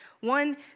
One